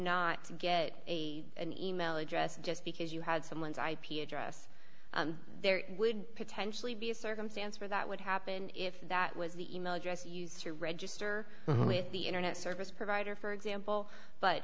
not get an email address just because you had someone's ip address there would potentially be a circumstance where that would happen if that was the email address used to register with the internet service provider for example but